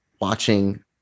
watching